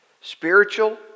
Spiritual